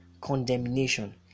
condemnation